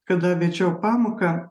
kada vedžiau pamoką